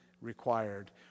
required